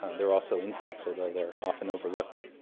there are also insects, although they are often overlooked.